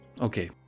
Okay